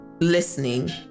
listening